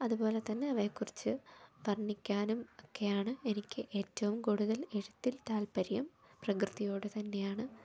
അതുപോലെതന്നെ അവയെക്കുറിച്ച് വർണിക്കാനും ഒക്കെയാണ് എനിക്ക് ഏറ്റവും കൂടുതൽ എഴുത്തിൽ താല്പര്യം പ്രകൃതിയോട് തന്നെയാണ്